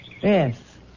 Yes